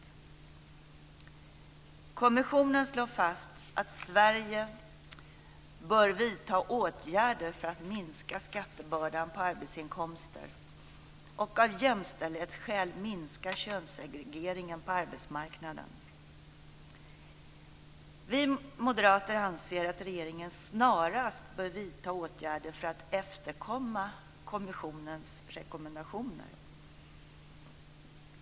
Kommissionen slår fast att Sverige bör vidta åtgärder för att minska skattebördan på arbetsinkomster och av jämställdhetsskäl minska könssegregeringen på arbetsmarknaden. Vi moderater anser att regeringen snarast bör vidta åtgärder för att efterkomma kommissionens rekommendationer.